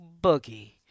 Boogie